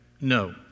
No